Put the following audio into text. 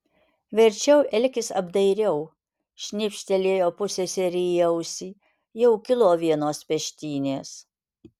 verčiau elkis apdairiau šnypštelėjo pusseserei į ausį jau kilo vienos peštynės